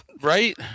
Right